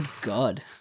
god